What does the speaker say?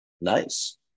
Nice